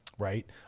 Right